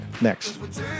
next